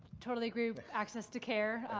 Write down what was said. totally agree with access to care.